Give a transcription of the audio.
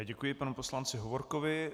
Děkuji panu poslanci Hovorkovi.